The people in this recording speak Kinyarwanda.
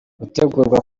gutegurwa